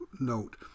note